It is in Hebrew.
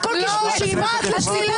הכול קשקושים.